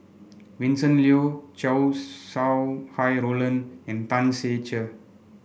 Vincent Leow Chow Sau Hai Roland and Tan Ser Cher